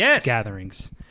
gatherings